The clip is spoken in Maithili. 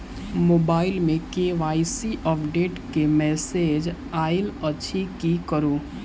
मोबाइल मे के.वाई.सी अपडेट केँ मैसेज आइल अछि की करू?